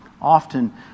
often